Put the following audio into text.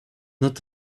not